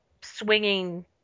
swinging